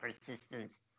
persistence